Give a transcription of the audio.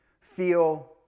feel